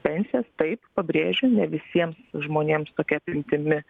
pensijas taip pabrėžiu ne visiems žmonėms tokia apimtimi